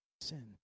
sin